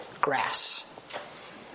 Grass